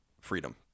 freedom